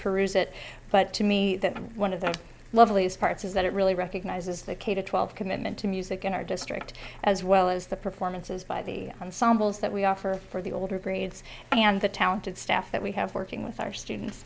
peruse it but to me that one of the loveliest parts is that it really recognizes the k to twelve commitment to music in our district as well as the performances by the ensembles that we offer for the older grades and the talented staff that we have working with our students